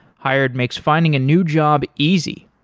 hired makes finding a new job easy.